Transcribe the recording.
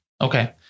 Okay